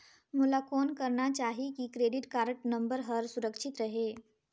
मोला कौन करना चाही की क्रेडिट कारड नम्बर हर सुरक्षित रहे?